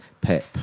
Pep